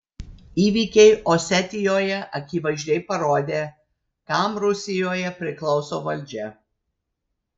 įvykiai osetijoje akivaizdžiai parodė kam rusijoje priklauso valdžia